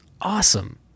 awesome